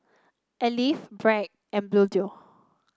Alive Bragg and Bluedio